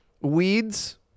weeds